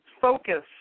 focus